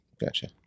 gotcha